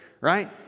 Right